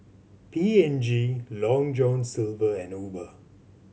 P and G Long John Silver and Uber